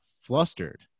flustered